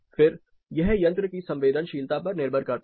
फिर यह यंत्र की संवेदनशीलता पर निर्भर करता है